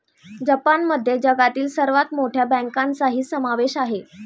जपानमध्ये जगातील सर्वात मोठ्या बँकांचाही समावेश आहे